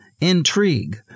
intrigue